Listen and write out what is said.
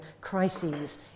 crises